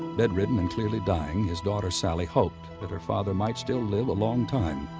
bedridden and clearly dying, his daughter sally hoped that her father might still live a long time,